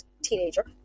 teenager